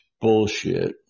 bullshit